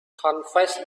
confessed